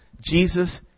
Jesus